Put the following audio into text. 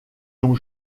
dont